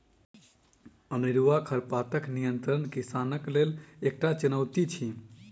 अनेरूआ खरपातक नियंत्रण किसानक लेल एकटा चुनौती अछि